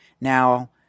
now